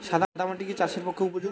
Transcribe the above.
সাদা মাটি কি চাষের পক্ষে উপযোগী?